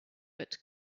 but